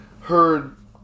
heard